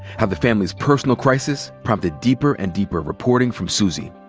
how the family's personal crisis prompted deeper and deeper reporting from suzy.